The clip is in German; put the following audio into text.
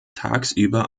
tagsüber